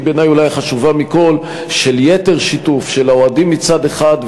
שהיא בעיני אולי החשובה מכול: של יתר שיתוף של האוהדים מצד אחד,